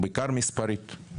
בעיקר מספרית.